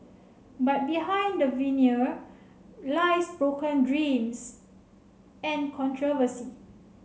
but behind the veneer lies broken dreams and controversy